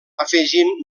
afegint